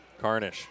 Carnish